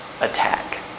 attack